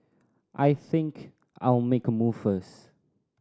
I think I'll make a move first